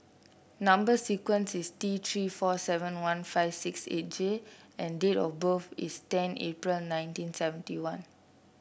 number sequence is T Three four seven one five six eight J and date of birth is ten April nineteen seventy one